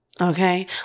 Okay